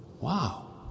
Wow